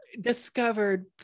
Discovered